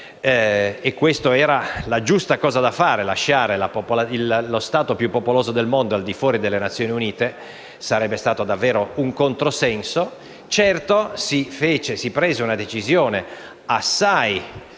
Questa era la cosa giusta da fare, perché lasciare lo Stato più popoloso del mondo al di fuori delle Nazioni Unite sarebbe stato davvero un controsenso. Certo, si prese una decisione assai